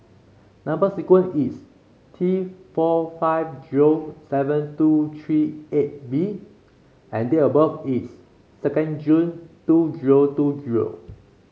number sequence is T four five zero seven two three eight B and date of birth is second June two zero two zero